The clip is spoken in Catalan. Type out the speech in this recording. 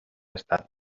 estat